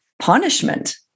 punishment